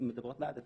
מדברות בעד עצמן.